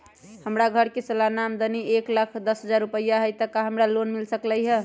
हमर घर के सालाना आमदनी एक लाख दस हजार रुपैया हाई त का हमरा लोन मिल सकलई ह?